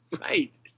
right